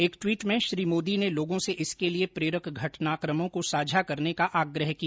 एक ट्वीट भें श्री मोदी ने लोगों से इसके लिए प्रेरक घटनाकमों को साझा करने का आग्रह किया